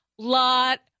Lot